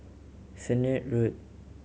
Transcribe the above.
Sennett Road